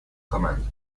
command